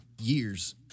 years